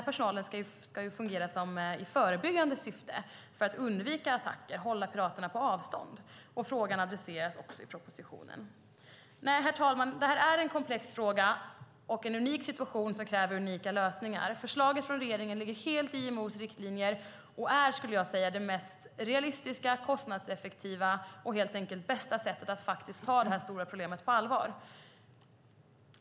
Personalen ska fungera i förebyggande syfte för att undvika attacker och hålla piraterna på avstånd. Frågan adresseras också i propositionen. Herr talman! Detta är en komplex fråga och en unik situation som kräver unika lösningar. Förslaget från regeringen ligger helt i linje med IMO:s riktlinjer och är det mest realistiska, kostnadseffektiva och helt enkelt bästa sättet att ta detta stora problem på allvar.